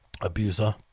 abuser